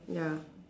ya